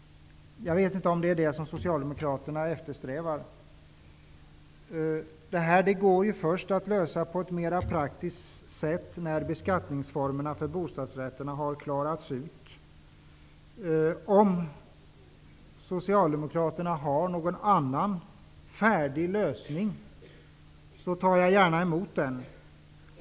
Jag vet inte om det är det som Socialdemokraterna eftersträvar. Det här går att lösa på ett mera praktiskt sätt först när beskattningsformerna för bostadsrätterna har klarats ut. Om Socialdemokraterna har någon annan, färdig lösning tar jag gärna emot den.